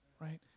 right